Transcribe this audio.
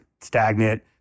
stagnant